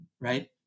right